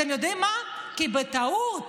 אתם יודעים מה, בטעות